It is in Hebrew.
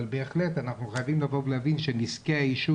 אבל בהחלט אנחנו חייבים להבין שנזקי העישון